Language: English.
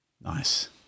Nice